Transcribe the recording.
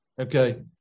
okay